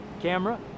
camera